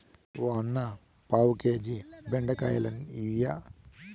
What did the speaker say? ఓ అన్నా, పావు కేజీ బెండకాయలియ్యి